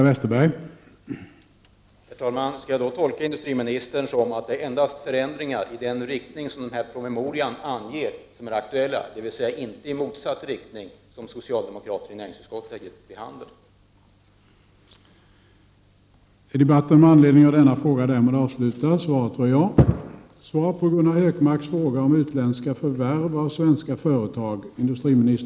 Herr talman! Skall jag då tolka industriministern på ett sådant sätt att det endast är förändringar i den riktning som anges i denna promemoria som är aktuella, dvs. inte i motsatt riktning, vilket socialdemokraterna i näringsutskottet har antytt?